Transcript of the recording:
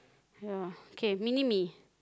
ya okay mini-me